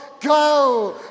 go